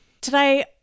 Today